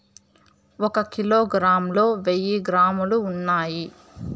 ఒక కిలోగ్రామ్ లో వెయ్యి గ్రాములు ఉన్నాయి